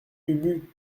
ubu